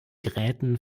gräten